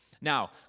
Now